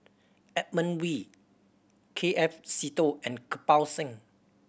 Edmund Wee K F Seetoh and Kirpal Singh